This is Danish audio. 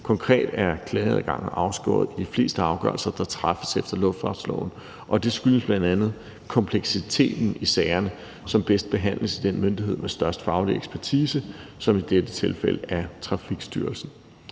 Konkret er klageadgangen afskåret i de fleste afgørelser, der træffes efter luftfartsloven, og det skyldes bl.a. kompleksiteten i sagerne, som bedst behandles af den myndighed, der har den største faglige ekspertise, i dette tilfælde Trafikstyrelsen.